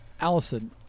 Allison